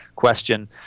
question